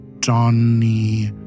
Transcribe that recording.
Johnny